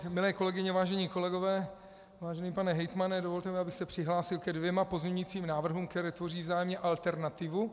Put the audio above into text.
Milé kolegyně, vážení kolegové, vážený pane hejtmane, dovolte mi, abych se přihlásil ke dvěma pozměňujícím návrhům, které tvoří vzájemně alternativu.